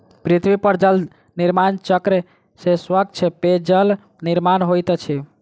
पृथ्वी पर जल निर्माण चक्र से स्वच्छ पेयजलक निर्माण होइत अछि